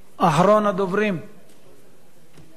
יש לך, לא ייאמן, עשר דקות.